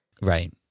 Right